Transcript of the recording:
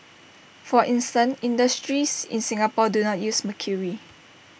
for instance industries in Singapore do not use mercury